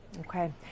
okay